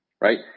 right